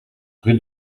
rue